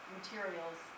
materials